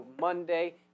Monday